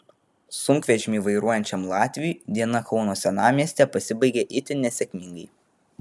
sunkvežimį vairuojančiam latviui diena kauno senamiestyje pasibaigė itin nesėkmingai